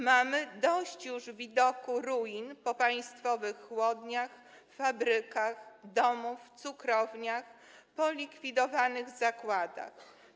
Mamy dość już widoku ruin po państwowych chłodniach, fabrykach domów, cukrowniach, polikwidowanych zakładach.